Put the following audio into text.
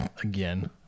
again